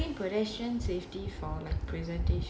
!huh! why they doing pedestrian safety for my presentation